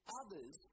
others